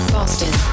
Boston